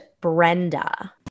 Brenda